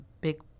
big